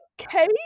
okay